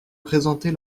présenter